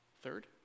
third